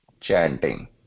chanting